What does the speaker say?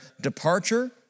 departure